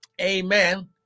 amen